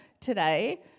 today